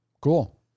Cool